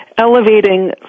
elevating